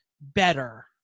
better